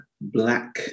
black